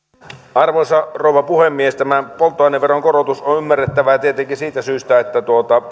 arvoisa rouva puhemies tämä polttoaineveron korotus on ymmärrettävää tietenkin siitä syystä että